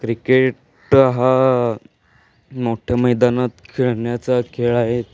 cricket हा मोठ्या मैदानात खेळण्याचा खेळ आहेत